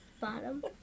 bottom